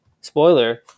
spoiler